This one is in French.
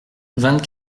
vingt